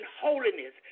holiness